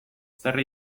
zer